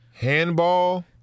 Handball